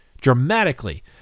dramatically